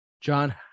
John